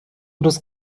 روز